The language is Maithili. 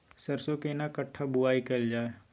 सरसो केना कट्ठा बुआई कैल जाय?